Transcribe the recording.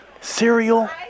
Cereal